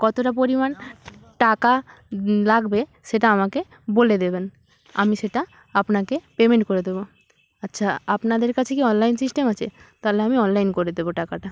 কতটা পরিমাণ টাকা লাগবে সেটা আমাকে বলে দেবেন আমি সেটা আপনাকে পেমেন্ট করে দেব আচ্ছা আপনাদের কাছে কি অনলাইন সিস্টেম আছে তাহলে আমি অনলাইন করে দেব টাকাটা